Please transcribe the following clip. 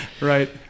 Right